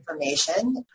information